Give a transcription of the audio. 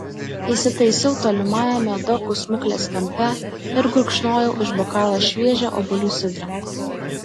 įsitaisiau tolimajame dokų smuklės kampe ir gurkšnojau iš bokalo šviežią obuolių sidrą